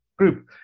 group